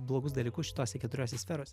blogus dalykus šitose keturiose sferose